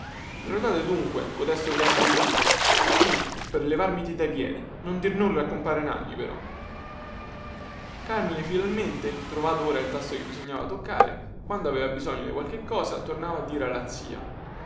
me lo date dunque cotesto fiasco di vino sì per levarmiti dai piedi non dir nulla a compare nanni però carmine finalmente trovato ora il tasto che bisognava toccare quando aveva bisogno di qualcosa tornava a dire alla zia